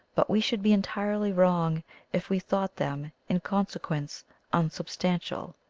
but we should be entirely wrong if we thought them in consequence unsubstantial.